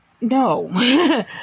no